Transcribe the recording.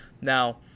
Now